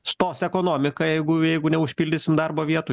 stos ekonomika jeigu jeigu neužpildysim darbo vietų